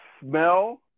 smell